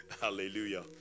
Hallelujah